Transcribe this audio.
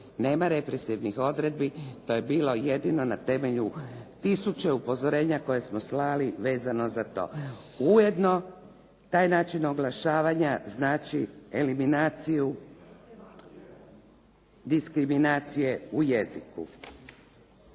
Nema represivnih odredbi, to je bilo jedino na temelju tisuće upozorenja koje smo slali vezano za to. Ujedno, taj način oglašavanja znači eliminaciju diskriminacije u jeziku.